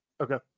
Okay